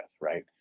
Right